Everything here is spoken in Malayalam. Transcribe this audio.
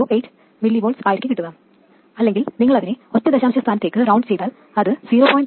308 mV ആയിരിക്കും കിട്ടുക അല്ലെങ്കിൽ നിങ്ങൾ അതിനെ ഒറ്റ ദശാംശ സ്ഥാനത്തേക്ക് റൌണ്ട് ചെയ്താൽ അത് 0